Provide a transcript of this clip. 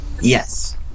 Yes